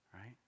right